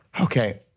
okay